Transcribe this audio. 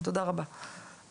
תודה רבה א'.